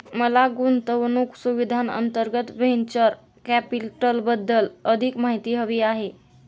मला गुंतवणूक सुविधांअंतर्गत व्हेंचर कॅपिटलबद्दल अधिक माहिती हवी आहे